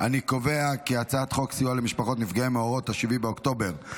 את הצעת חוק סיוע למשפחות נפגעי מאורעות 7 באוקטובר,